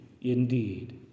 indeed